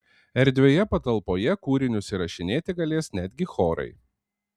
erdvioje patalpoje kūrinius įrašinėti galės netgi chorai